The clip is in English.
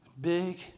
Big